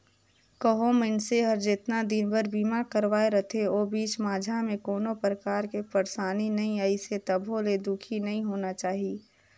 कहो मइनसे हर जेतना दिन बर बीमा करवाये रथे ओ बीच माझा मे कोनो परकार के परसानी नइ आइसे तभो ले दुखी नइ होना चाही